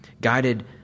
guided